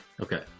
Okay